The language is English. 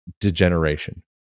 degeneration